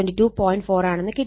4 ആണെന്ന് കിട്ടി